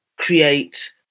create